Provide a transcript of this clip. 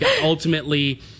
ultimately